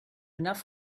enough